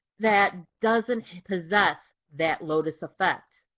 that doesn't possess that lotus effect.